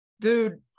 dude